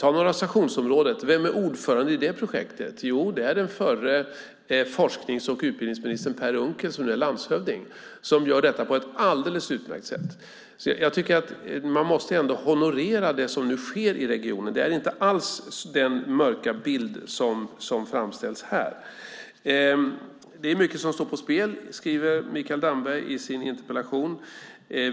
Vem är ordförande i Norra Stationsprojektet? Jo, det är den förre forsknings och utbildningsministern Per Unckel som nu är landshövding. Han gör detta på ett alldeles utmärkt sätt. Jag tycker att man måste honorera det som nu sker i regionen. Det är inte alls den mörka bild som framställs här. Mikael Damberg skriver i sin interpellation: Det är mycket som står på spel.